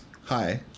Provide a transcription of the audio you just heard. Hi